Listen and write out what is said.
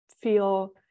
feel